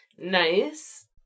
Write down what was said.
Nice